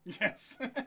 Yes